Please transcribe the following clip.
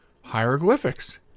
hieroglyphics